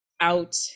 out